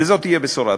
וזאת תהיה בשורה טובה.